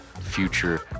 future